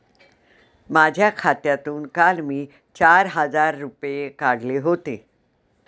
माझ्या खात्यातून काल मी चार हजार रुपये काढले होते